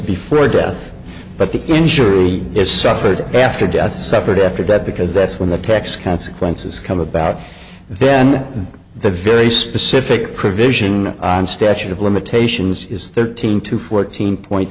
before death but the injury is suffered after death suffered after death because that's when the tax consequences come about then the very specific provision on statute of limitations is thirteen to fourteen point